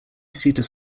seater